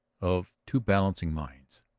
of two balancing minds,